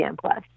Plus